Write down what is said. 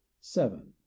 seven